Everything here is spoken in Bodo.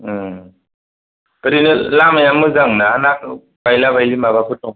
ओरैनो लामाया मोजांना ना ना बायला बायलि माबाफोर दं